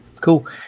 Cool